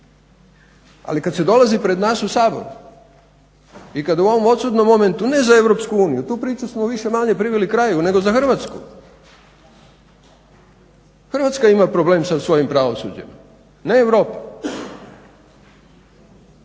Ali kada se dolazi pred nas u Sabor i kada u ovom odsutnom momentu ne za EU, tu priču smo manje-više priveli kraju nego za Hrvatsku, Hrvatska ima problem sa svojim pravosuđem ne Europa,